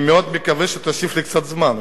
אני מאוד מקווה שתוסיף לי קצת זמן,